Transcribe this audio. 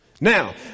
Now